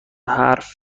حرف